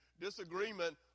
disagreement